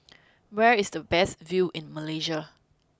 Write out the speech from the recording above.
where is the best view in Malaysia